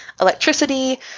electricity